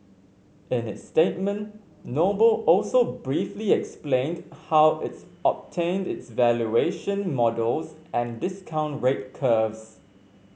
in its statement Noble also briefly explained how its obtained its valuation models and discount rate curves